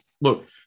Look